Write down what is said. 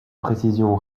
précision